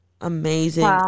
amazing